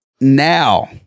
Now